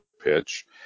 pitch